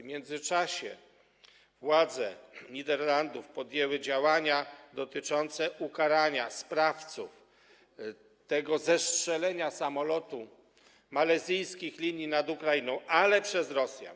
W międzyczasie władze Niderlandów podjęły działania dotyczące ukarania sprawców zestrzelenia samolotu malezyjskich linii nad Ukrainą, ale przez Rosjan.